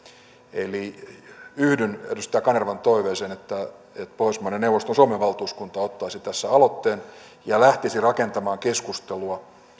eli yhdyn edustaja kanervan toiveeseen että pohjoismaiden neuvoston suomen valtuuskunta ottaisi tässä aloitteen ja lähtisi rakentamaan keskustelua